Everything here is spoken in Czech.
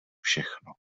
všechno